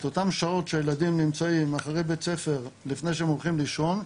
את אותן השעות שהילדים נמצאים אחרי בית ספר ולפני שהם הולכים לישון,